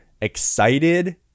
excited